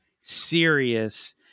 serious